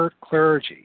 clergy